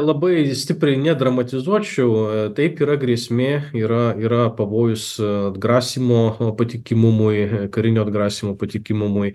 labai stipriai nedramatizuočiau taip yra grėsmė yra yra pavojus atgrasymo patikimumui karinio atgrasymo patikimumui